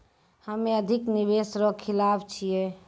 हम्मे अधिक निवेश रो खिलाफ छियै